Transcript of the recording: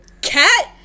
cat